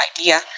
idea